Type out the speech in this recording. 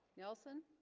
nelson